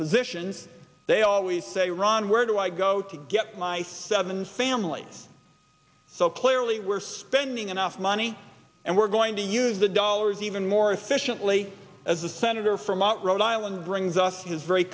physicians they always say ron where do i go to get my seven families so clearly we're spending enough money and we're going to use the dollars even more efficiently as the senator from out rhode island brings us his very